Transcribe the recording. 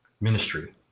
ministry